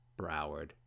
Broward